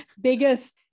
biggest